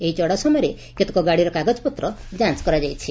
ଏହି ଚତ଼୍ାଉ ସମୟରେ କେତେକ ଗାଡ଼ିର କାଗଜପତ୍ର ଯାଞ କରାଯାଇଛି